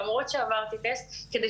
למרות שעברתי טסט ולמרות שהייתי צריכה לעזוב,